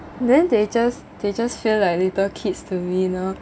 then they just they just feel like little kids to me you know